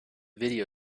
video